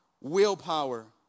willpower